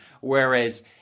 whereas